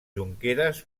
jonqueres